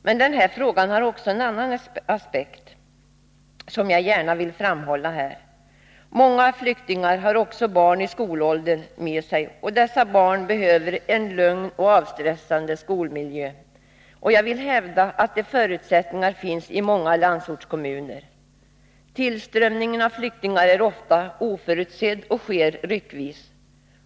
Men den här frågan har också en annan aspekt, som jag gärna vill framhålla här. Många flyktingar har barn i skolåldern med sig, och dessa barn behöver en lugn och avstressande skolmiljö. Jag vill hävda att förutsättningar härför finns i många landsortskommuner. Tillströmningen av flyktingar är ofta oförutsedd och sker ryckvis.